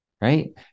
right